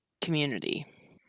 community